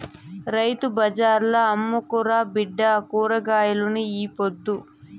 రైతు బజార్ల అమ్ముకురా బిడ్డా కూరగాయల్ని ఈ పొద్దు